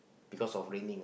because of raining